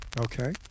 okay